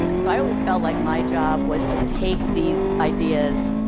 so i always felt like my job was to take these ideas